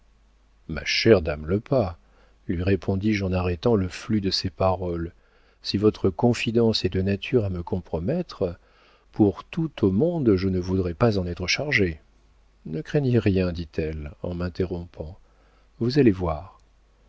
ma chère dame lepas lui répondis-je en arrêtant le flux de ses paroles si votre confidence est de nature à me compromettre pour tout au monde je ne voudrais pas en être chargé ne craignez rien dit-elle en m'interrompant vous allez voir